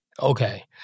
Okay